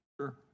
sure